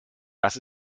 das